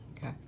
Okay